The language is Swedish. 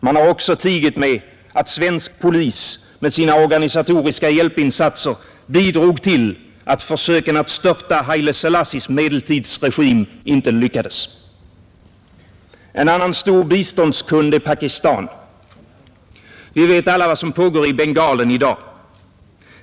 Man har också tigit med att svensk polis med sina organisatoriska hjälpinsatser bidrog till att försöken att störta Haile Selassies medeltidsregim inte lyckades. En annan stor biståndskund är Pakistan, Vi vet alla vad som pågår i Bengalen i dag.